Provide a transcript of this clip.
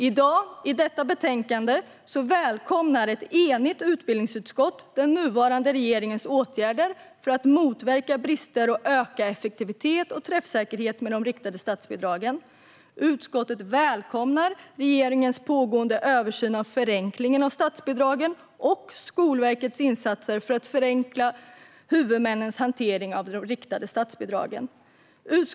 I dag, i detta betänkande, välkomnar ett enigt utbildningsutskott den nuvarande regeringens åtgärder för att motverka brister och öka effektivitet och träffsäkerhet med de riktade statsbidragen. Utskottet välkomnar regeringens pågående översyn av förenklingen av statsbidragen och Skolverkets insatser för att förenkla huvudmännens hantering av de riktade statsbidragen.